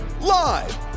live